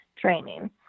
training